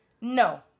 No